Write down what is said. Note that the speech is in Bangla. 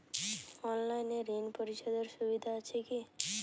অনলাইনে ঋণ পরিশধের সুবিধা আছে কি?